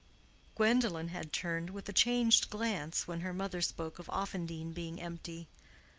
gwendolen had turned with a changed glance when her mother spoke of offendene being empty.